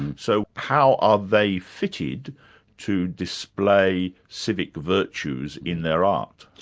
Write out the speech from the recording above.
and so how are they fitted to display civic virtues in their art?